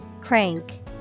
crank